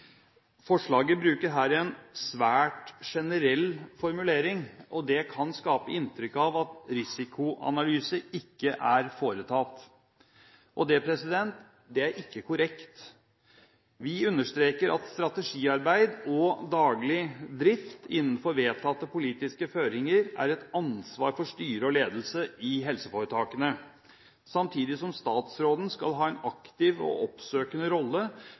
forslaget brukes det en svært generell formulering, og det kan skape inntrykk av at risikoanalyse ikke er foretatt. Det er ikke korrekt. Vi understreker at strategiarbeid og daglig drift innenfor vedtatte politiske føringer er et ansvar for styre og ledelse i helseforetakene, samtidig som statsråden skal ha en aktiv og oppsøkende rolle